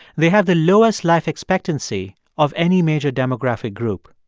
they have the lowest life expectancy of any major demographic group.